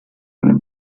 eine